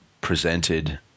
presented